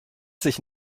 sich